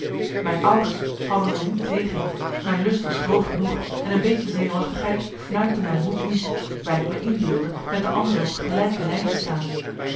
mijn ouders hadden er niet tegen mijn lust was groot genoeg en een beetje zenuwachtigheid fnuikte mijn moed niet wijl ik me inbeeldde met de anderen op gelijke lijn te staan